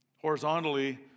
horizontally